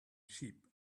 sheep